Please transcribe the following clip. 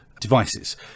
devices